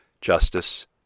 Justice